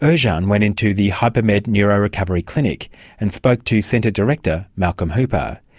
ah yeah ah and went into the hypermed neurorecovery clinic and spoke to centre director malcom hooper.